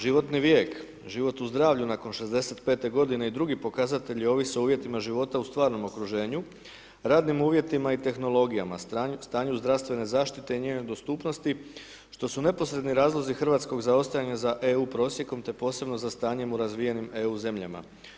Životni vijek, život u zdravlju nakon 65 godine i drugi pokazatelji ovise o uvjetima života u stvarnom okruženju, radnim uvjetima i tehnologija, stanju zdravstvene zaštite i njene dostupnosti što su neposredni razlozi hrvatskog zaostajanja za EU prosjekom te posebno za stanjem u razvijenim EU zemljama.